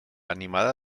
animada